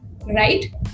right